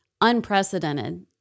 unprecedented